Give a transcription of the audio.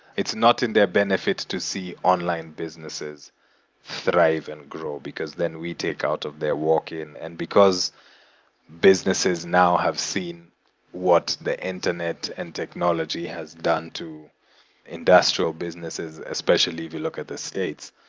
it's not in their benefit to see online businesses thrive and grow, because, then, we take out of their walk-in. and because businesses now have seen what the internet and technology has done to industrial businesses, especially if you look at the states.